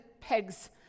pegs